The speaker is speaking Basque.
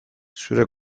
zure